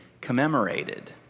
commemorated